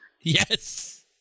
Yes